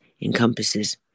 encompasses